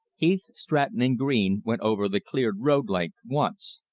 heath, stratton, and green went over the cleared road-length once.